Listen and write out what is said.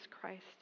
Christ